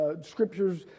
scriptures